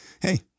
Hey